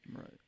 Right